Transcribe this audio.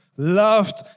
Loved